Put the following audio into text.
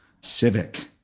civic